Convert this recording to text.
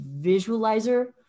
visualizer